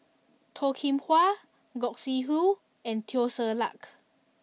Toh Kim Hwa Gog Sing Hooi and Teo Ser Luck